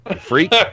Freak